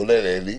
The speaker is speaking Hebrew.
כולל אלי,